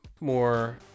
more